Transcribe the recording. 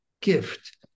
gift